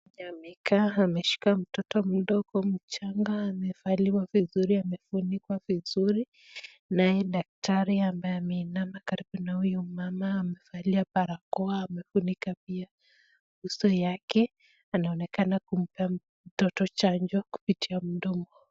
Vile amekaa ameshika mtoto mdogo mchanga amevaliwa na amefunikwa vizuri ,naye daktari ambaye ameinama karibu na huyo mama amevalia barakoa amefunika pia uso yake, anaonekana kumpea mtoto chanjo kupitia mdomo.